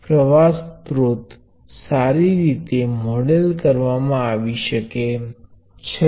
તેથી આ તે રીતે સૂચવવામાં આવે છે